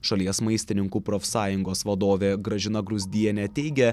šalies maistininkų profsąjungos vadovė gražina gruzdienė teigia